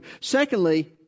Secondly